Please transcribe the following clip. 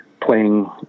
playing